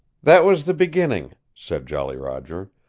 that was the beginning, said jolly roger,